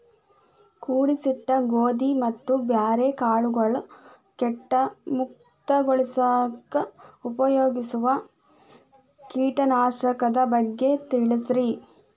ಕೂಡಿಸಿಟ್ಟ ಗೋಧಿ ಮತ್ತ ಬ್ಯಾರೆ ಕಾಳಗೊಳ್ ಕೇಟ ಮುಕ್ತಗೋಳಿಸಾಕ್ ಉಪಯೋಗಿಸೋ ಕೇಟನಾಶಕದ ಬಗ್ಗೆ ತಿಳಸ್ರಿ